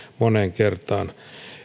moneen kertaan